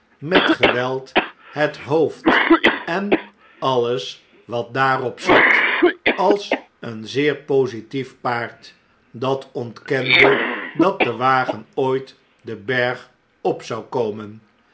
met geweld het hoofd en alles wat daarop zat als een zeer positief paard dat ontkende dat de wagen ooit den berg op zou komen